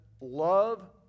love